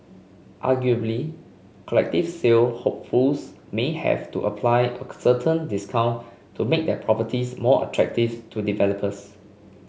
arguably collective sale hopefuls may have to apply a certain discount to make their properties more attractive to developers